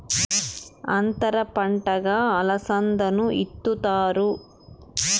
అంతర పంటగా అలసందను ఇత్తుతారు